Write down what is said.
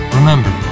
Remember